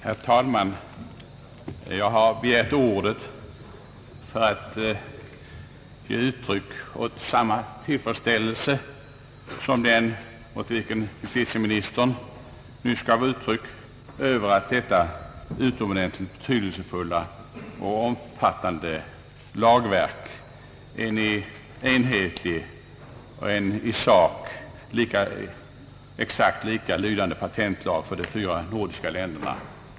Herr talman! Jag har begärt ordet för att ge uttryck åt samma tillfredsställelse som den åt vilken justitieministern nyss gav uttryck, nämligen över att detta utomordentligt betydelsefulla och omfattande lagverk kommit till stånd, med en enhetlig och i det närmaste exakt likalydande patentlag för de fyra nordiska länderna.